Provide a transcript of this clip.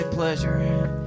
pleasure